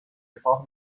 رفاه